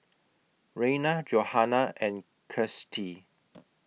Rayna Johanna and Kirstie